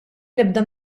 nibda